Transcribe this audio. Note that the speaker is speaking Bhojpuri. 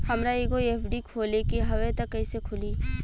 हमरा एगो एफ.डी खोले के हवे त कैसे खुली?